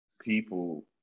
people